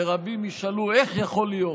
שרבים ישאלו: איך יכול להיות